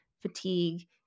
fatigue